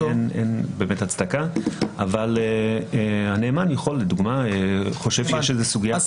אין הצדקה אבל הנאמן לדוגמה חושב שיש איזושהי סוגיה.